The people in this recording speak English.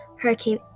Hurricane